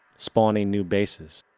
spawning new bases,